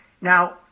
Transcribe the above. Now